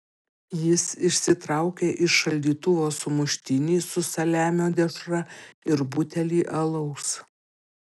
jis išsitraukė iš šaldytuvo sumuštinį su saliamio dešra ir butelį alaus